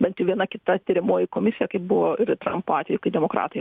bent jau viena kita tiriamoji komisija kaip buvo trampo atveju kai demokratai